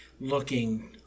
looking